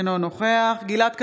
אינו נוכח גלעד קריב,